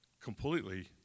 completely